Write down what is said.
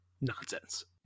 nonsense